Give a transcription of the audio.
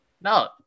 No